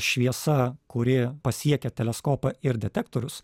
šviesa kuri pasiekia teleskopą ir detektorius